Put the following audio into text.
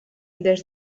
des